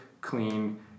clean